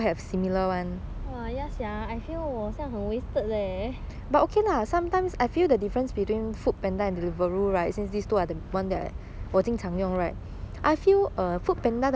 I feel 我好像很 wasted leh